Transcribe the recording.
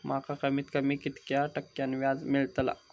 माका कमीत कमी कितक्या टक्क्यान व्याज मेलतला?